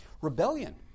Rebellion